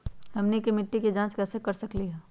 हमनी के मिट्टी के जाँच कैसे कर सकीले है?